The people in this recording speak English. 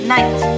Night